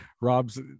Rob's